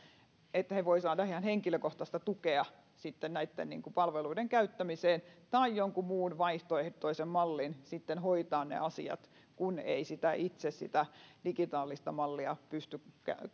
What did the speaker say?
että he voivat saada ihan henkilökohtaista tukea sitten näitten palveluiden tuottamiseen tai jonkun muun vaihtoehtoisen mallin sitten hoitaa ne asiat kun ei itse sitä digitaalista mallia pysty